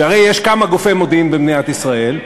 שהרי יש כמה גופי מודיעין במדינת ישראל,